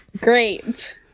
Great